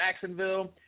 Jacksonville